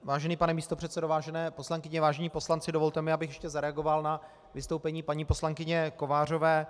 Vážený pane místopředsedo, vážené poslankyně, vážení poslanci, dovolte mi, abych ještě zareagoval na vystoupení paní poslankyně Kovářové.